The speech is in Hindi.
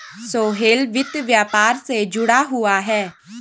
सोहेल वित्त व्यापार से जुड़ा हुआ है